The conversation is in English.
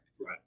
Right